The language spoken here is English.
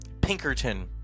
Pinkerton